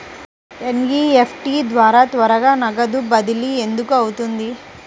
NEFT ద్వారా త్వరగా నగదు బదిలీ ఎందుకు అవుతుంది?